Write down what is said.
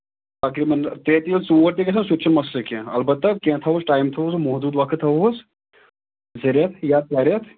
باقی یِمَن ترٛےٚ تہِ یا ژور تہِ گژھن سُہ تہِ چھُنہٕ مَسلہٕ کیٚنہہ اَلبتہ کیٚنہہ تھاوَو أسۍ ٹایم تھاووس محدوٗد وقت تھاوہوس زٕ رٮ۪تھ یا ترٛےٚ رٮ۪تھ